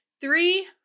Three